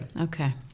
Okay